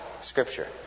Scripture